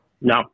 No